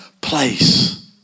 place